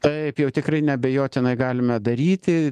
taip jau tikrai neabejotinai galime daryti